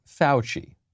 Fauci